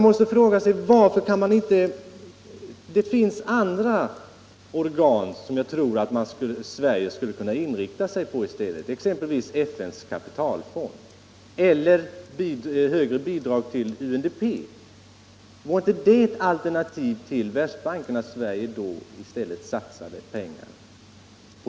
Jag tycker att Sverige skulle kunna inrikta sig på andra organ, exempelvis FN:s kapitalfond, eller ge större bidrag till UNDP. Vore inte det ett alternativ till Världsbanken som Sverige borde kunna satsa på?